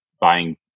buying